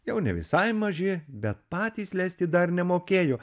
jau ne visai maži bet patys lesti dar nemokėjo